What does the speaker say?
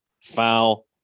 foul